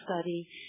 study